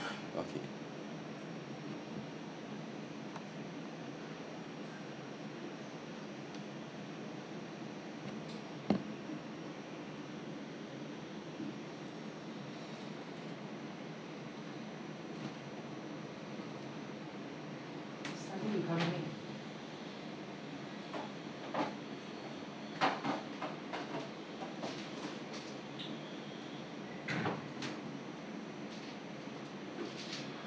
okay